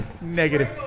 Negative